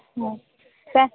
ହଁ ସେ